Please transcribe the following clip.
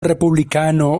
republicano